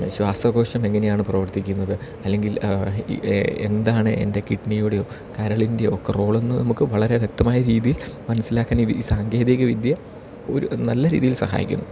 ശ്വാസകോഷം എങ്ങനെയാണ് പ്രവർത്തിക്കുന്നത് അല്ലെങ്കിൽ എന്താണ് എൻ്റെ കിഡ്നിയുടെയോ കരളിൻ്റെയോ ഒക്കെ റോളെന്ന് നമുക്ക് വളരെ വ്യക്തമായ രീതിൽ മനസ്സിലാക്കാൻ ഈ സാങ്കേതിക വിദ്യ ഒരു നല്ല രീതിയിൽ സഹായിക്കുന്നു